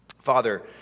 Father